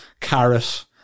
carrot